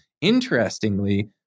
Interestingly